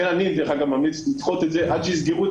לכן אני ממליץ לדחות את זה עד שיסגרו את